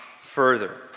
further